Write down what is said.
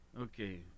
Okay